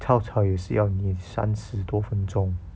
超操也是要你三十多分钟